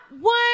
one